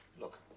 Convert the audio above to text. Look